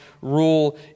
rule